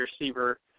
receiver